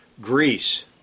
Greece